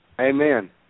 Amen